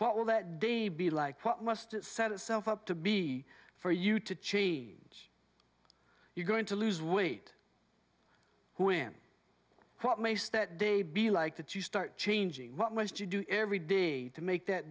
what will that day be like what must it set itself up to be for you to change your going to lose weight who in what makes that day be like that you start changing what must you do every day to make that